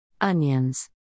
Onions